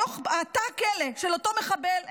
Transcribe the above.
מתוך תא הכלא של אותו מחבל.